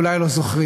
אולי לא זוכרים,